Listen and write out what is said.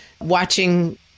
watching